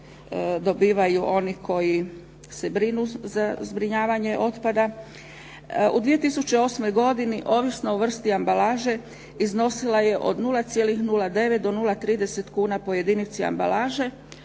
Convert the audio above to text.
dobivaju oni koji se brinu za zbrinjavanje otpada. U 2008. godini ovisno o vrsti ambalaže iznosila je od 0,09 do 0,30 kuna po jedinici ambalaže